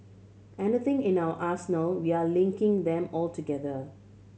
anything in our arsenal we're linking them all together